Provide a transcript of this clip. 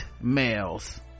males